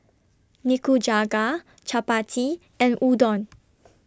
Nikujaga Chapati and Udon